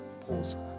Pause